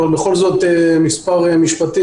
אבל בכל זאת מספר משפטים.